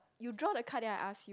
you draw the card then I ask you